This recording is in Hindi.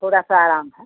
थोड़ा सा आराम है